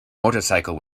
motorcycle